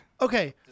Okay